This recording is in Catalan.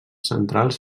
centrals